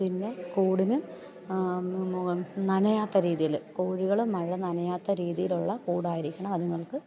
പിന്നെ കൂടിന് നനയാത്ത രീതിയിൽ കോഴികൾ മഴ നനയാത്ത രീതിയിലുള്ള കൂടായിരിക്കണം അത്ങ്ങൾക്ക്